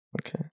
Okay